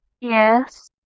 Yes